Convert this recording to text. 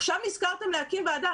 עכשיו נזכרתם להקים ועדה?